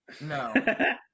No